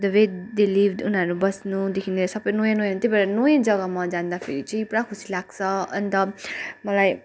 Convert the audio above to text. they read they lived उनीहरू बस्नुदेखि लिएर सबै नयाँ नयाँ त्यही भएर नयाँ जग्गामा जाँदाखेरि चाहिँ पुरा खुसी लाग्छ अन्त मलाई